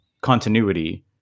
continuity